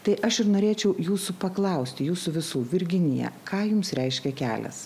tai aš ir norėčiau jūsų paklausti jūsų visų virginija ką jums reiškia kelias